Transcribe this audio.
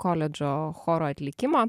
koledžo choro atlikimą